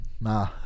Nah